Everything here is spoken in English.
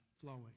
flowing